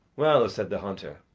well, said the hunter,